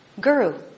Guru